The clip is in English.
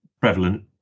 prevalent